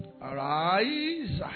Arise